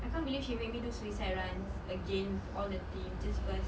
I can't believe she make me do suicide run again with all the team just cause